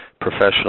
professional